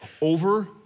Over